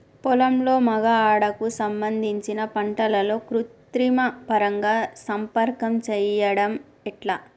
పొలంలో మగ ఆడ కు సంబంధించిన పంటలలో కృత్రిమ పరంగా సంపర్కం చెయ్యడం ఎట్ల?